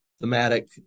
thematic